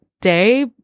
day